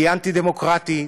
והיא אנטי-דמוקרטית.